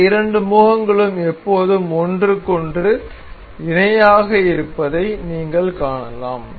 இந்த இரண்டு முகங்களும் எப்போதும் ஒன்றுக்கொன்று இணையாக இருப்பதை நீங்கள் காணலாம்